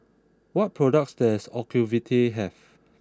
what products does Ocuvite have